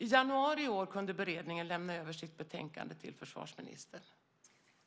I januari i år kunde beredningen lämna över sitt betänkande till försvarsministern.